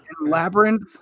Labyrinth